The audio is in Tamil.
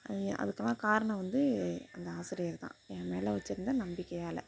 அய் அதுக்கெலாம் காரணம் வந்து அந்த ஆசிரியர் தான் என் மேலே வச்சிருந்த நம்பிக்கையால்